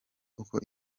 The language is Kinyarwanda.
uko